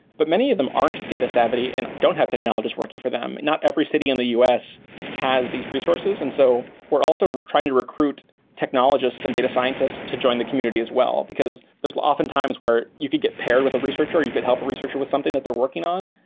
but many of them aren't data savvy and don't have technologists working for them. not every city in the us has these resources, and so we're also trying to recruit technologists and data scientists to join the community as well, because there's often times where you could get paired with a researcher or you could help a researcher with something that they're working on.